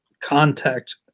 contact